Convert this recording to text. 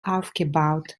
aufgebaut